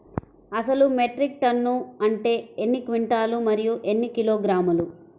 అసలు metric tonne అంటే ఎన్ని క్వింటాలు మరియు ఎన్ని కిలోగ్రాములు?